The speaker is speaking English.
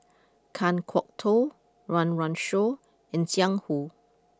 Kan Kwok Toh Run Run Shaw and Jiang Hu